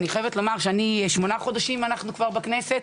אני חייבת לומר שאנחנו שמונה חודשים כבר בכנסת,